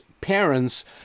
parents